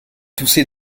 toussait